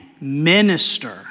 minister